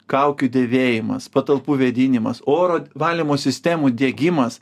kaukių dėvėjimas patalpų vėdinimas oro valymo sistemų diegimas